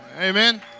Amen